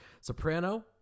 soprano